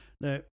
Now